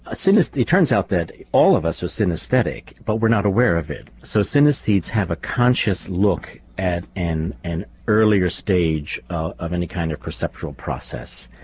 ah turns out that all of us are synesthetic but we're not aware of it. so synesthetes have a conscious look at an and earlier stage of any kind of perceptual process.